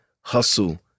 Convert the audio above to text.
hustle